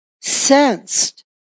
sensed